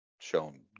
shown